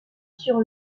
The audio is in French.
sur